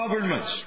governments